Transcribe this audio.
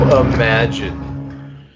Imagine